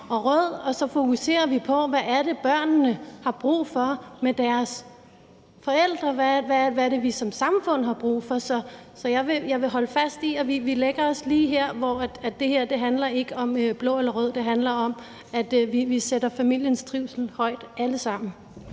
og rød, og så fokuserer vi på, hvad det er, børnene har brug for med deres forældre, hvad vi som samfund har brug for. Så jeg vil holde fast i, at vi lægger os lige her, hvor det her ikke handler om blå eller rød, men handler om, at vi alle sammen sætter familiens trivsel højt. Kl.